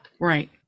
right